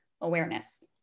awareness